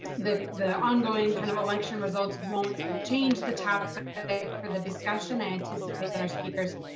the the ongoing kind of election results won't change the topic for the discussion, i anticipate that our speakers,